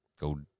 go